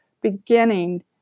beginning